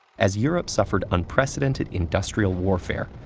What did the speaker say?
as europe suffered unprecedented industrial warfare,